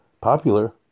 popular